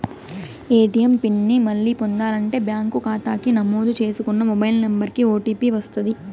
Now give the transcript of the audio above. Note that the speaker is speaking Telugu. ఏ.టీ.యం పిన్ ని మళ్ళీ పొందాలంటే బ్యాంకు కాతాకి నమోదు చేసుకున్న మొబైల్ నంబరికి ఓ.టీ.పి వస్తది